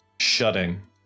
shutting